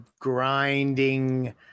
grinding